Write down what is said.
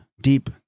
deep